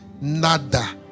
nada